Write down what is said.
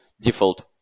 default